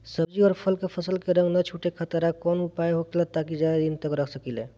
सब्जी और फल के फसल के रंग न छुटे खातिर काउन उपाय होखेला ताकि ज्यादा दिन तक रख सकिले?